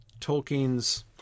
Tolkien's